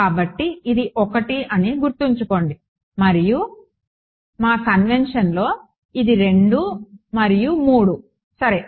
కాబట్టి ఇది 1 అని గుర్తుంచుకోండి మరియు మా కన్వెంషన్లో ఇది 2 మరియు 3 సరే